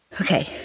Okay